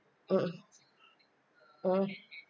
mmhmm mmhmm